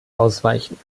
ausweichen